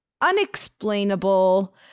unexplainable